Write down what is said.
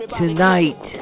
tonight